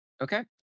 okay